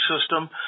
system